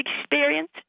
experience